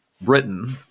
Britain